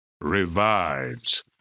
revives